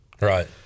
right